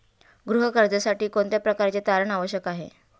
गृह कर्जासाठी कोणत्या प्रकारचे तारण आवश्यक आहे?